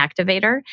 activator